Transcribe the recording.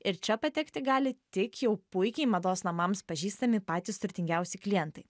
ir čia patekti gali tik jau puikiai mados namams pažįstami patys turtingiausi klientai